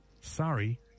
Sorry